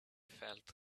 felt